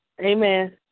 Amen